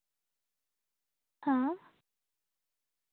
ᱚ